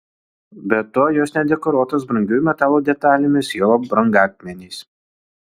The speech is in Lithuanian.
be to jos nedekoruotos brangiųjų metalų detalėmis juolab brangakmeniais